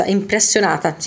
impressionata